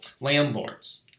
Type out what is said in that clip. landlords